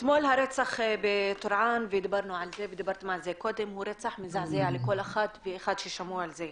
הרצח בטורעאן אתמול הוא רצח מזעזע לכל אחד ששמע על זה.